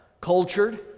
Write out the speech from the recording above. cultured